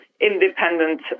independent